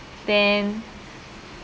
then